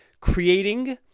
creating